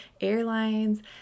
airlines